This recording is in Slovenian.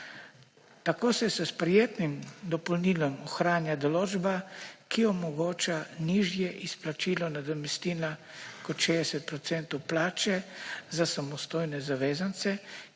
Tako se s sprejetim dopolnilom ohranja določba, ki omogoča nižje izplačilo nadomestilo kot 60 % plače za samostojne zavezance,